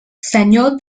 senyor